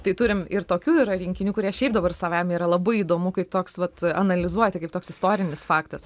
tai turim ir tokių yra rinkinių kurie šiaip dabar savaime yra labai įdomu kaip toks vat analizuoti kaip toks istorinis faktas